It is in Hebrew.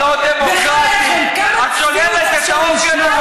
בחייכם, כמה צביעות אפשר לשמוע?